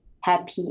happy